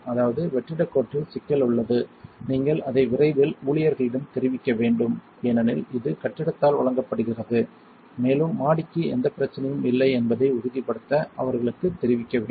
அதாவது வெற்றிடக் கோட்டில் சிக்கல் உள்ளது நீங்கள் அதை விரைவில் ஊழியர்களிடம் தெரிவிக்க வேண்டும் ஏனெனில் இது கட்டிடத்தால் வழங்கப்படுகிறது மேலும் மாடிக்கு எந்த பிரச்சனையும் இல்லை என்பதை உறுதிப்படுத்த அவர்களுக்குத் தெரிவிக்க வேண்டும்